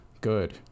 Good